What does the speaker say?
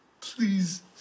Please